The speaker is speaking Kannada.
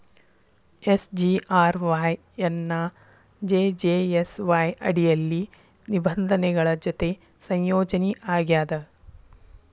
ಎಸ್.ಜಿ.ಆರ್.ವಾಯ್ ಎನ್ನಾ ಜೆ.ಜೇ.ಎಸ್.ವಾಯ್ ಅಡಿಯಲ್ಲಿ ನಿಬಂಧನೆಗಳ ಜೊತಿ ಸಂಯೋಜನಿ ಆಗ್ಯಾದ